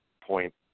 point